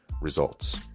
results